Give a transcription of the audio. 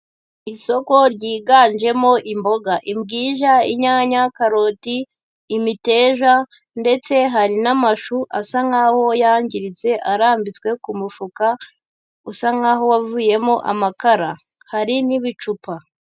Isoko ryiganjemo imboga, imbwija, inyanya, karoti, imiteja ndetse hari n'amashu asa nk'aho yangiritse arambitswe ku mufuka usa nkaho wavuyemo amakara, hari n'ibicupa.